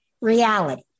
reality